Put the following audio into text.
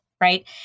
right